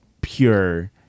pure